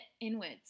inwards